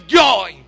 joy